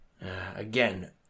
Again